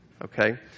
Okay